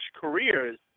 careers